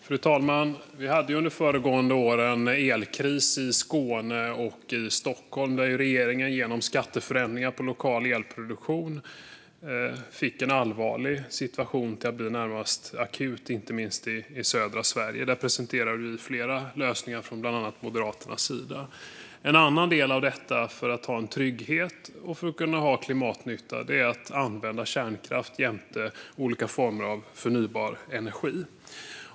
Fru talman! Vi hade under föregående år en elkris i Skåne och Stockholm. Genom skatteförändringar för lokal elproduktion fick regeringen en allvarlig situation att bli närmast akut, inte minst i södra Sverige. Där presenterar vi flera lösningar från bland annat Moderaternas sida. En annan del för att ha en trygghet och för att ha klimatnytta är att använda kärnkraft jämte olika former av förnybar energi.